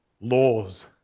laws